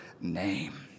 name